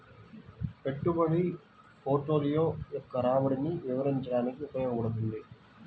పెట్టుబడి పోర్ట్ఫోలియో యొక్క రాబడిని వివరించడానికి ఉపయోగించబడుతుంది